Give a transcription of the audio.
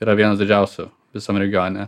yra vienas didžiausių visam regione